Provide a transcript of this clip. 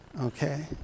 Okay